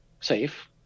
safe